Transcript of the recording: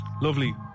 lovely